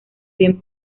bien